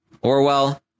Orwell